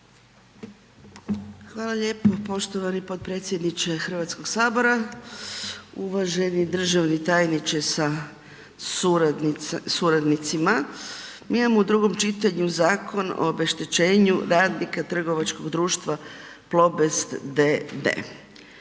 Hvala lijepo poštovani potpredsjedniče HS-a. uvaženi državni tajniče sa suradnicima. Mi imamo u drugom čitanju Zakon o obeštećenju radnika trgovačkog društva Plobest d.d.